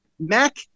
Mac